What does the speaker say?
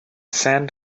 sand